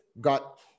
got